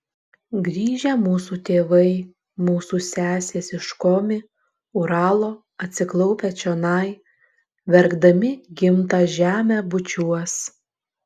grįžę mūsų tėvai mūsų sesės iš komi uralo atsiklaupę čionai verkdami gimtą žemę bučiuos